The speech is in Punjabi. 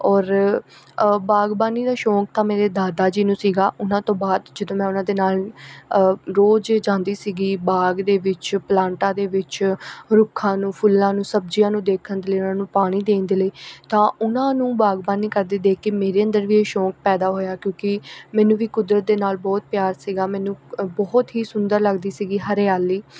ਔਰ ਬਾਗਬਾਨੀ ਦਾ ਸ਼ੌਂਕ ਤਾਂ ਮੇਰੇ ਦਾਦਾ ਜੀ ਨੂੰ ਸੀਗਾ ਉਹਨਾਂ ਤੋਂ ਬਾਅਦ ਜਦੋਂ ਮੈਂ ਉਹਨਾਂ ਦੇ ਨਾਲ ਰੋਜ਼ ਜਾਂਦੀ ਸੀਗੀ ਬਾਗ ਦੇ ਵਿੱਚ ਪਲਾਂਟਾਂ ਦੇ ਵਿੱਚ ਰੁੱਖਾਂ ਨੂੰ ਫੁੱਲਾਂ ਨੂੰ ਸਬਜ਼ੀਆਂ ਨੂੰ ਦੇਖਣ ਦੇ ਲਈ ਉਹਨਾਂ ਨੂੰ ਪਾਣੀ ਦੇਣ ਦੇ ਲਈ ਤਾਂ ਉਹਨਾਂ ਨੂੰ ਬਾਗਬਾਨੀ ਕਰਦੇ ਦੇਖ ਕੇ ਮੇਰੇ ਅੰਦਰ ਵੀ ਸ਼ੌਂਕ ਪੈਦਾ ਹੋਇਆ ਕਿਉਂਕਿ ਮੈਨੂੰ ਵੀ ਕੁਦਰਤ ਦੇ ਨਾਲ ਬਹੁਤ ਪਿਆਰ ਸੀਗਾ ਮੈਨੂੰ ਬਹੁਤ ਹੀ ਸੁੰਦਰ ਲੱਗਦੀ ਸੀਗੀ ਹਰਿਆਲੀ